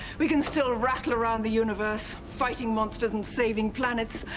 we can still rattle around the universe, fighting monsters and saving planets,